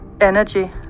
energy